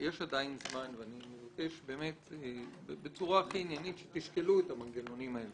יש עדיין זמן ואני מבקש בצורה הכי עניינית שתשקלו את המנגנונים האלה